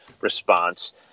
response